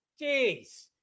jeez